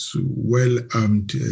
well-armed